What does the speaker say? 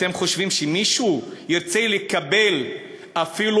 אתם חושבים שמישהו ירצה לקבל אפילו